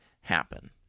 happen